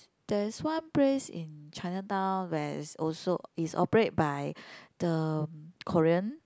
there is one place in Chinatown where is also is operate by the Korean